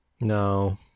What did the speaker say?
No